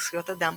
בטסיות הדם,